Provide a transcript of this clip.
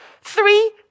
Three